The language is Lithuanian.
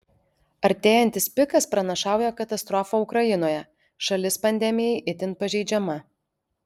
artėjantis pikas pranašauja katastrofą ukrainoje šalis pandemijai itin pažeidžiama